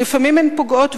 שלפעמים הן פוגעות,